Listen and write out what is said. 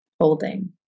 holding